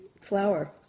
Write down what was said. flower